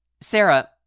Sarah